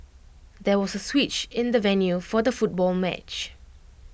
there was A switch in the venue for the football match